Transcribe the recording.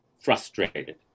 frustrated